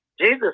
Jesus